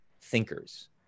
thinkers